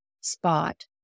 spot